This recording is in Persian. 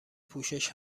پوشش